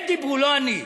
הם דיברו, לא אני.